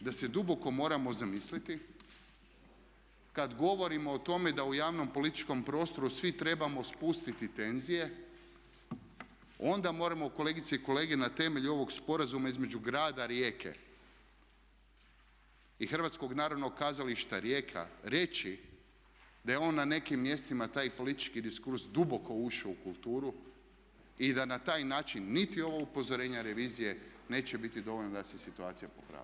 Mislim da se duboko moramo zamisliti kad govorimo o tome da u javnom političkom prostoru svi trebamo spustiti tenzije, onda moramo kolegice i kolege na temelju ovog sporazuma između grada Rijeke i Hrvatskog narodnog kazališta Rijeka reći da je on na nekim mjestima, taj politički diskurs, duboko ušao u kulturu i da na taj način niti ovo upozorenje revizije neće biti dovoljno da se situacija popravi.